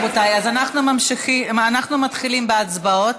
רבותיי, אנחנו מתחילים בהצבעות.